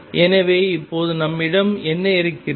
எனவே இப்போது நம்மிடம் என்ன இருக்கிறது